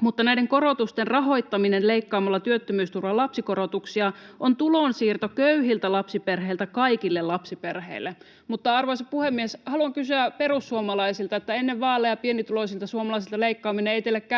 mutta näiden korotusten rahoittaminen leikkaamalla työttömyysturvan lapsikorotuksia on tulonsiirto köyhiltä lapsiperheiltä kaikille lapsiperheille. Arvoisa puhemies! Haluan kysyä perussuomalaisilta: Ennen vaaleja pienituloisilta suomalaisilta leikkaaminen ei teille käynyt,